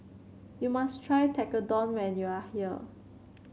you must try Tekkadon when you are here